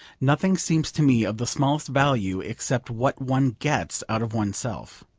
nothing seems to me of the smallest value except what one gets out of oneself.